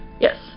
Yes